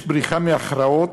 יש בריחה מהכרעות,